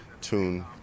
tune